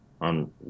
on